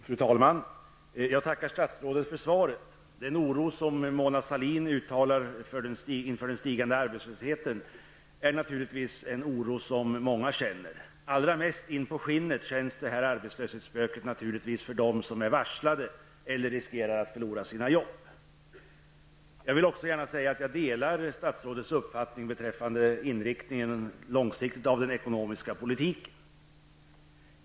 Fru talman! Jag tackar statsrådet för svaret. Den oro som Mona Sahlin uttalar för den stigande arbetslösheten är naturligtvis en oro som många känner. Allra mest in på skinnet känns arbetslöshetsspöket naturligtvis för dem som är varslade eller som riskerar att förlora sina jobb. Jag vill också gärna säga att jag delar statsrådets uppfattning beträffande den långsiktiga inriktningen av den ekonomiska politiken.